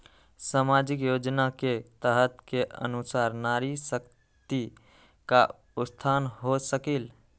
सामाजिक योजना के तहत के अनुशार नारी शकति का उत्थान हो सकील?